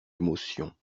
émotion